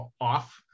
off